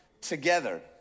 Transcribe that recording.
together